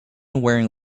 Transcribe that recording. wearing